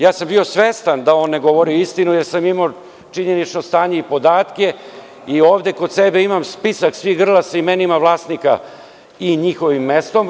Ja sam bio svestan da on ne govori istinu jer ja sam imao činjenično stanje i podatke i ovde kod sebe imam spisak svih grla sa imenima vlasnika i njihovim mestom.